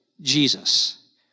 Jesus